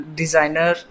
designer